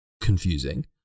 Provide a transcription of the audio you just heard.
confusing